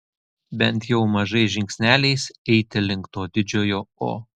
bent jau mažais žingsneliais eiti link to didžiojo o